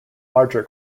larger